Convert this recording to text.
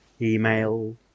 Email